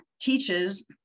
teaches